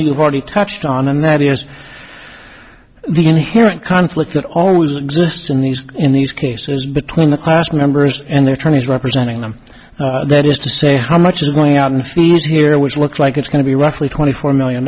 you've already cut on and that is the inherent conflict that always exists in these in these cases between the class members and their twenty's representing them that is to say how much is going on in fees here which looks like it's going to be roughly twenty four million